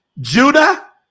Judah